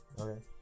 Okay